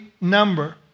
number